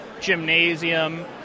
gymnasium